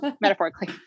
metaphorically